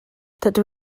dydw